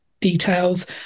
details